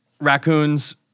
raccoons